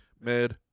Mid